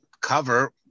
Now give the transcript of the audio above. cover